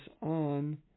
on